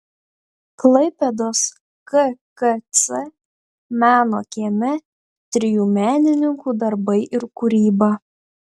klaipėdos kkc meno kieme trijų menininkų darbai ir kūryba